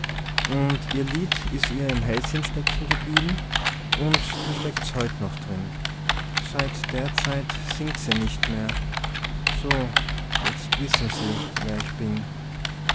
und ihr lied is ihr im hälschen steckengeblieben und da steckt's heut noch drin seit der zeit singt se nicht mehr so jetzt wissen se wer ich bin